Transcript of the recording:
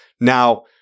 now